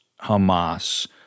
Hamas